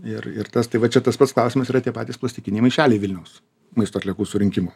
ir ir tas tai va čia tas pats klausimas yra tie patys plastikiniai maišeliai vilniaus maisto atliekų surinkimo